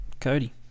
cody